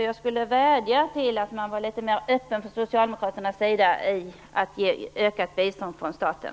Jag vill vädja till Socialdemokraterna om att vara litet mer öppna till ett ökat bistånd från staten.